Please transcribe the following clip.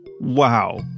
Wow